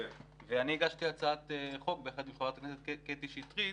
אני הגשתי הצעת חוק, יחד עם חברת הכנסת קטי שטרית,